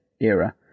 era